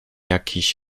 jakiś